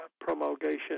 promulgation